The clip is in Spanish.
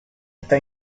está